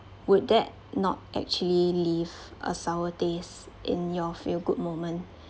would that not actually leave a sour taste in your feel good moment